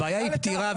הבעיה היא פתירה,